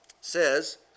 says